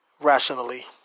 rationally